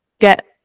get